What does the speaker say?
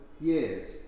years